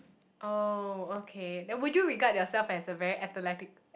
oh okay then would you regard yourself as a very athletic